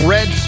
Red